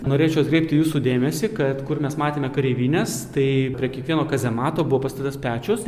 norėčiau atkreipti jūsų dėmesį kad kur mes matėme kareivines tai prie kiekvieno kazemato buvo pastatytas pečius